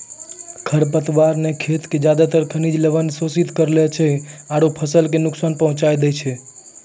खर पतवार न खेत के ज्यादातर खनिज लवण शोषित करी लै छै आरो फसल कॅ नुकसान पहुँचाय दै छै